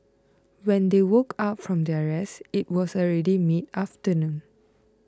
when they woke up from their rest it was already mid afternoon